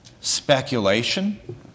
speculation